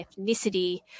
ethnicity